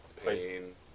pain